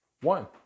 One